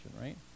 right